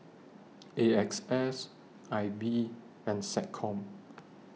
A X S I B and Seccom